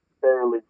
fairly